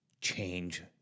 change